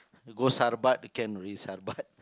you go Sarabat can already Sarabat